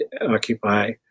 occupy